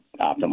optimal